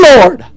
Lord